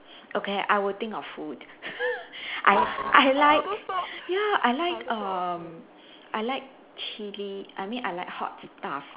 okay I will think of food I I like ya I like erm I like chili I mean I like hot stuff